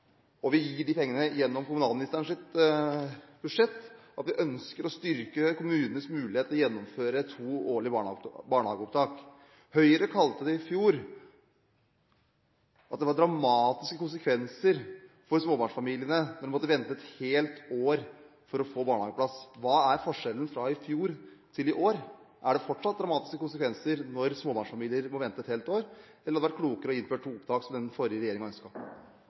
Høyre sa i fjor at det ville gi dramatiske konsekvenser for småbarnsfamiliene å måtte vente et helt år for å få barnehageplass. Hva er forskjellen fra i fjor til i år? Er det fortsatt dramatiske konsekvenser når småbarnsfamilier må vente et helt år, eller hadde det vært klokere å innføre to opptak, som den forrige